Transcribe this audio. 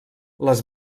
les